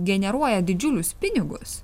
generuoja didžiulius pinigus